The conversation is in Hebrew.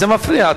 זה מפריע.